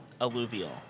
Alluvial